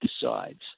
decides